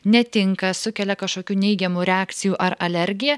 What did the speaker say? netinka sukelia kažkokių neigiamų reakcijų ar alergiją